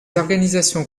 organisations